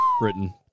Britain